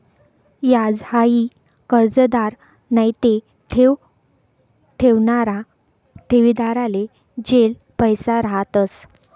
याज हाई कर्जदार नैते ठेव ठेवणारा ठेवीदारले देल पैसा रहातंस